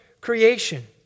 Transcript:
creation